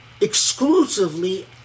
exclusively